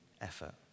effort